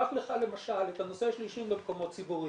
קח לך למשל את הנושא של עישון במקומות ציבוריים.